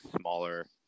smaller